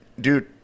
dude